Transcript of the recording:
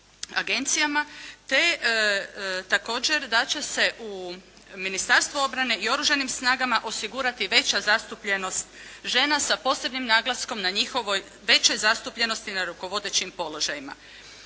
agencijama, te također da će se u Ministarstvu obrane i Oružanim snagama osigurati veća zastupljenost žena sa posebnim naglaskom na njihovoj većoj zastupljenosti na rukovodećim položajima.